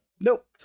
Nope